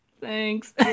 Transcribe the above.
thanks